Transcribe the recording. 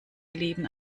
leben